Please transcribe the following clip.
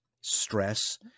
stress